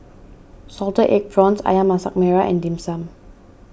Salted Egg Prawns Ayam Masak Merah and Dim Sum